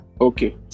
Okay